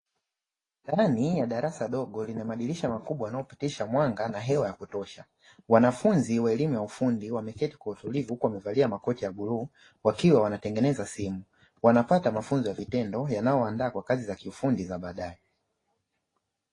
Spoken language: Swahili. Ndani ya darasa dogo lina madirisha makubwa yanayopitisha mwanga na hewa ya kutosha, wanafunzi wa elimu ya ufundi wameketi kwa utulivu huku wamevalia makoti ya bluu, wakiwa wanatengeneza simu. Wanapata mafunzo ya vitendo yanayowaandaa kwa kazi za kiufundi za baadae.